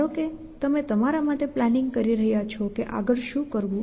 ધારો કે તમે તમારા માટે પ્લાનિંગ કરી રહ્યા છો કે આગળ શું કરવું